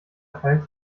verhält